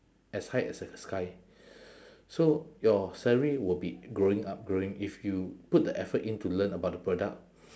as high as the sky so your salary will be growing up growing if you put the effort in to learn about the product